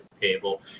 table